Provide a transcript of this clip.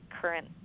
current –